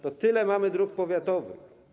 Tyle mamy dróg powiatowych.